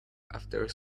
after